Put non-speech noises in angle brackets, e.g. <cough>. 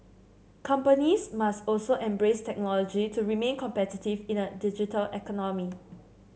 companies must also embrace technology to remain competitive in a digital <unintelligible>